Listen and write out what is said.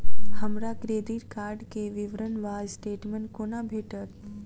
हमरा credit card केँ विवरण वा स्टेटमेंट कोना भेटत?